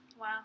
Wow